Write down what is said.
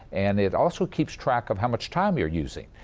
and it also keeps track of how much time you are using.